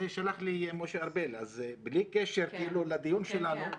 זה שלח לי משה ארבל בלי קשר לדיון שלנו.